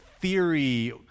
theory